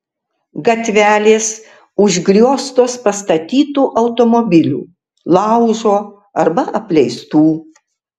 gatvelės užgrioztos pastatytų automobilių laužo arba apleistų